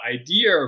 idea